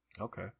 Okay